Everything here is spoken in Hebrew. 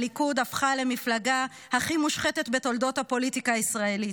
הליכוד הפכה למפלגה הכי מושחתת בתולדות הפוליטיקה הישראלית.